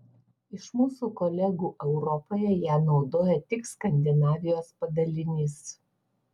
iš mūsų kolegų europoje ją naudoja tik skandinavijos padalinys